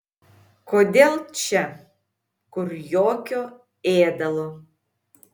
kodėl čia kur jokio ėdalo